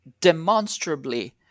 demonstrably